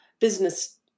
business